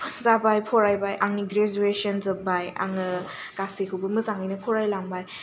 फासो जाबाय फरायबाय आंनि ग्रेजुएसन जोबबाय आङो गासैखौबो मोजाङैनो फरायलायबाय